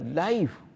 life